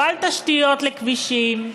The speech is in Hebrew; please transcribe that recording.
לא על תשתיות לכבישים,